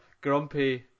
grumpy